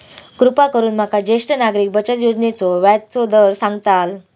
कृपा करून माका ज्येष्ठ नागरिक बचत योजनेचो व्याजचो दर सांगताल